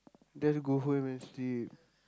just go home and sleep